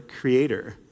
creator